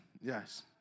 yes